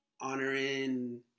honoring